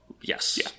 Yes